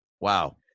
wow